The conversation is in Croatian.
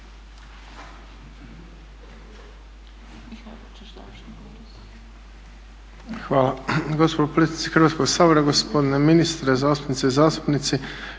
Hvala.